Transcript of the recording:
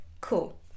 Cool